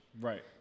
Right